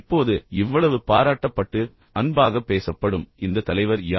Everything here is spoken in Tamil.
இப்போது இவ்வளவு பாராட்டப்பட்டு அன்பாகப் பேசப்படும் இந்த தலைவர் யார்